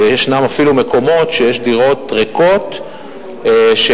ויש אפילו מקומות שיש בהם דירות ריקות ואף